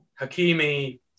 Hakimi